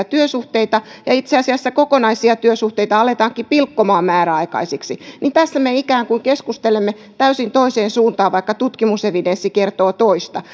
työsuhteita ja itse asiassa kokonaisia työsuhteita aletaankin pilkkomaan määräaikaisiksi niin tässä me ikään kuin keskustelemme täysin toiseen suuntaan vaikka tutkimusevidenssi kertoo toista